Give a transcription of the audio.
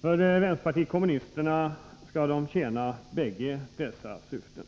För vänsterpartiet kommunisterna skall de tjäna bägge dessa syften.